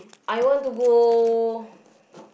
I want to go